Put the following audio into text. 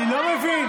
אני לא מבין,